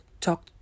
talk